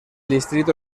distrito